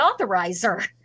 authorizer